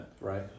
Right